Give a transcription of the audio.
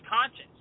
conscience